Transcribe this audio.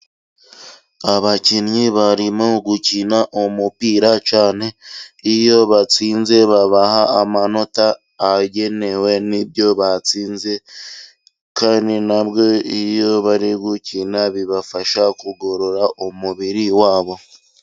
Abakinnyi barimo gukina umupira cyane. Iyo batsinze babaha amanota agenewe n'ibyo batsinze kandi nabwo iyo bari gukina bibafasha kugorora umubiri wabo.